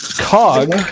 Cog